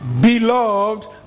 Beloved